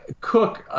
Cook